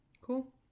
Cool